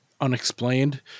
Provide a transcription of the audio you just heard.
Unexplained